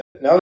Now